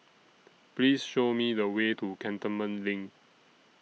Please Show Me The Way to Cantonment LINK